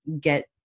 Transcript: get